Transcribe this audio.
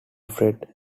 fred